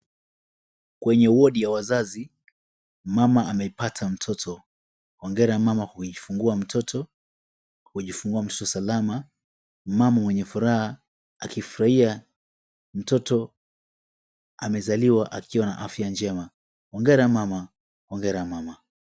Kwenye wodi ya wazazi mama amepata mtoto. Hongera mama kwa kujifungua mtoto salama. Mama mwenye furaha akifurahia mtoto amezaliwa akiwa na afya njema. Hongera mama, hongera mama.